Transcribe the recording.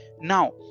Now